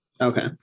Okay